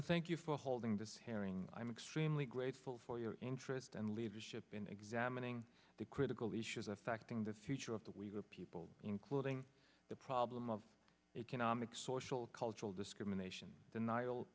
to thank you for holding this hearing i am extremely grateful for your interest and leadership in examining the critical issues affecting the future of the weaver people including the problem of economic social cultural discrimination denial